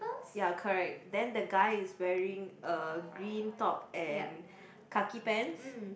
ya correct then the guy is wearing a green top and khaki pants